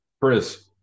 Chris